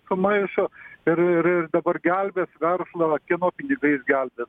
sumaišo ir ir ir dabar gelbės verslą kieno pinigais gelbės